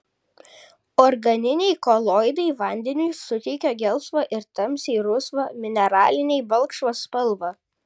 organiniai koloidai vandeniui suteikia gelsvą ir tamsiai rusvą mineraliniai balkšvą spalvą